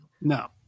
No